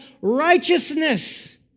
righteousness